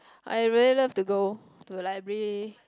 I really love to go to the library